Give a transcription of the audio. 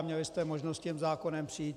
Měli jste možnost s tím zákonem přijít.